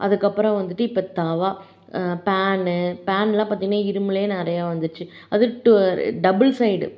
அதுக்கப்புறம் வந்துட்டு இப்போ தவா பேன்னு பேன்லாம் பார்த்தீங்கன்னா இரும்புலேயே நிறையா வந்துருச்சு அதுவும் டூ டபுள் சைடு